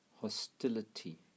hostility